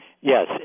yes